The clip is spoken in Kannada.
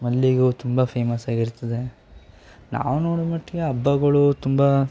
ಮಲ್ಲಿಗೆ ಹೂವು ತುಂಬ ಫೇಮಸ್ಸಾಗಿರುತ್ತದೆ ನಾವು ನೋಡಿದಮಟ್ಟಿಗೆ ಹಬ್ಬಗಳು ತುಂಬ